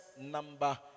number